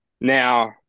now